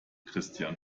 christian